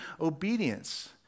obedience